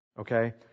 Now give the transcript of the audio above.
Okay